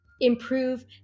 improve